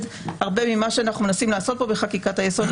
הרבה ממה שאנחנו מנסים לעשות פה בחקיקת היסוד.